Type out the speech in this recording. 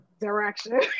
direction